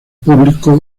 público